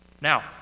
Now